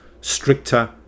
stricter